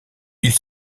ils